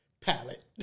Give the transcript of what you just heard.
palette